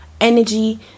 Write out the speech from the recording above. energy